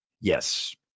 Yes